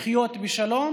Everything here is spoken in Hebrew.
לחיות בשלום,